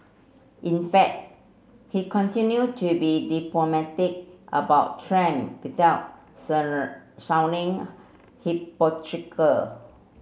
in fact he continued to be diplomatic about Trump without sounding